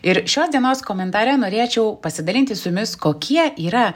ir šios dienos komentare norėčiau pasidalinti su jumis kokie yra